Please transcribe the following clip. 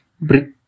brick